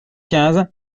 quinze